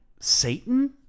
Satan